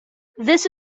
this